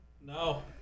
No